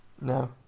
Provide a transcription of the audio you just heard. No